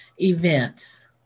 events